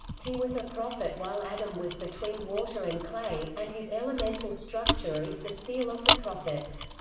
he was a prophet while adam was between water and clay, and his elemental structure is the seal of the prophets.